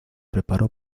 preparó